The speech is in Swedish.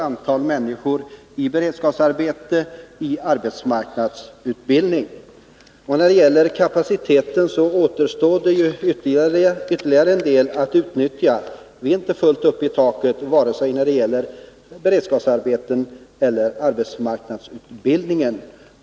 Antalet människor i beredskapsarbete och arbetsmarknadsutbildning har ökat betydligt. Och ännu har taket inte nåtts. Det finns fortfarande kapacitet att utnyttja både när det gäller beredskapsarbeten och arbetsmarknadsutbildning.